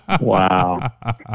Wow